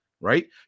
right